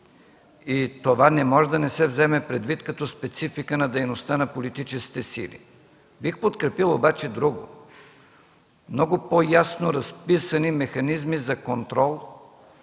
Това не може да не се вземе предвид като специфика на дейността на политическите сили. Бих подкрепил обаче друго – много по-ясно разписани механизми за контрол